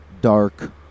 dark